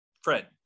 Fred